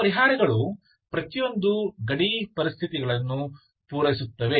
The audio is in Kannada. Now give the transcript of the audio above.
ಈ ಪರಿಹಾರಗಳು ಪ್ರತಿಯೊಂದು ಗಡಿ ಪರಿಸ್ಥಿತಿಗಳನ್ನು ಪೂರೈಸುತ್ತವೆ